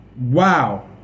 wow